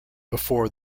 before